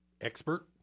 expert